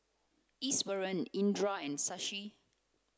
Iswaran Indira and Shashi